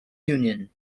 union